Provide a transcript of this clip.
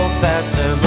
faster